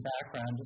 background